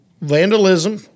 vandalism